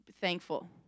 thankful